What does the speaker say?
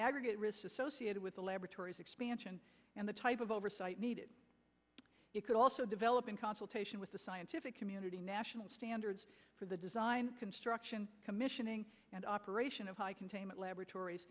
aggregate risk associated with the laboratories expansion and the type of oversight needed it could also develop in consultation with the scientific community national standards for the design construction commissioning and operation of high containment laboratories